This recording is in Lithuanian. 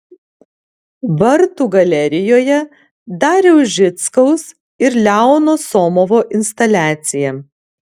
vartų galerijoje dariaus žickaus ir leono somovo instaliacija